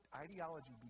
ideology